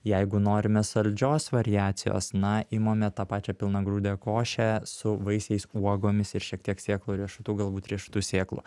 jeigu norime saldžios variacijos na imame tą pačią pilnagrūdę košę su vaisiais uogomis ir šiek tiek sėklų riešutų galbūt riešutų sėklų